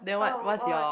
oh won